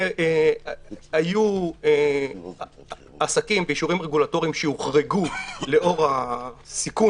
היו עסקים ואישורים רגולטוריים שהוחרגו לאור הסיכון